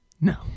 No